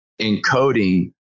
encoding